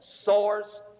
source